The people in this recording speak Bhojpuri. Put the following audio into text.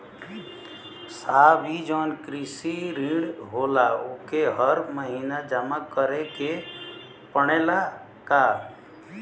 साहब ई जवन कृषि ऋण होला ओके हर महिना जमा करे के पणेला का?